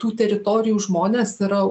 tų teritorijų žmonės yra